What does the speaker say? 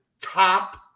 top